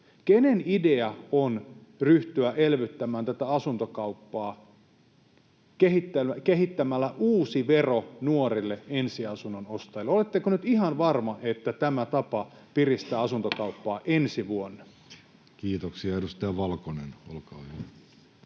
Kenen idea on ryhtyä elvyttämään tätä asuntokauppaa kehittämällä uusi vero nuorille ensiasunnon ostajille? Oletteko nyt ihan varma, että tämä tapa piristää asuntokauppaa ensi vuonna? Kiitoksia. — Edustaja Valkonen, olkaa hyvä.